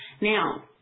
Now